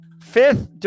Fifth